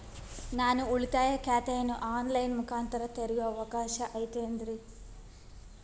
ನಾನು ಉಳಿತಾಯ ಖಾತೆಯನ್ನು ಆನ್ ಲೈನ್ ಮುಖಾಂತರ ತೆರಿಯೋ ಅವಕಾಶ ಐತೇನ್ರಿ?